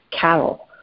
cattle